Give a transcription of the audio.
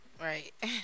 Right